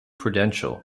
prudential